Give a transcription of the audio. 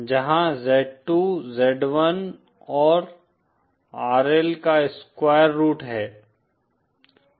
जहाँ Z2 Z1 और RL का स्क्वायर रुट है